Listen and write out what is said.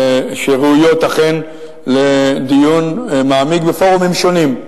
שראויות, אכן, לדיון מעמיק בפורומים שונים.